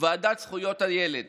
ועדת זכויות הילד